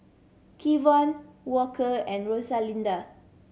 Kevon Walker and Rosalinda